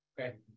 Okay